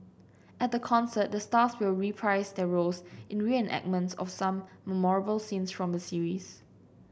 at the concert the stars will reprise their roles in reenactments of some memorable scenes from the series